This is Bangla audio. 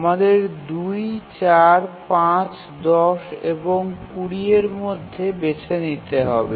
আমাদের ২ ৪ ৫ ১০ এবং ২০ এর মধ্যে বেছে নিতে হবে